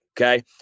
okay